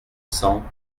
cent